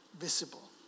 visible